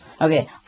Okay